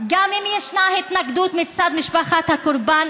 גם אם יש התנגדות מצד משפחת הקורבן,